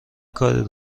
کاری